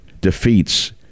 defeats